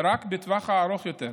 רק בטווח הארוך יותר.